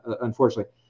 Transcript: unfortunately